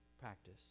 practice